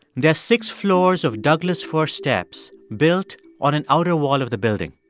they're six floors of douglas-fir steps built on an outer wall of the building.